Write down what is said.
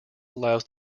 allows